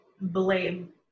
blame